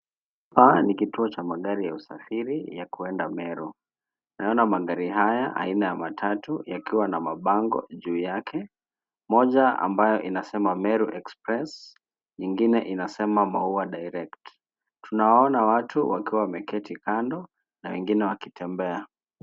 Paa ni kituo cha magari ya usafiri ya kuenda Meru. Naona magari haya aina ya matatu yakiwa na mabango juu yake. Moja ambayo inasema Meru Express , nyingine inasema Maua Direct . Tunawaona watu wakiwa wameketi kando na wengine wakitembea.